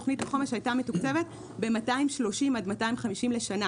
תוכנית החומש הייתה מתוקצבת ב-250-230 לשנה,